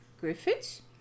Griffiths